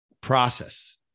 process